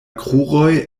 kruroj